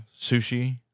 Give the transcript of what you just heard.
sushi